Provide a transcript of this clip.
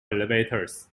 elevators